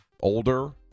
older